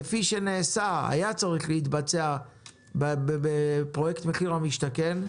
כפי שהיה צריך להתבצע בפרויקט מחיר למשתכן,